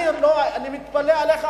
אני מתפלא עליך,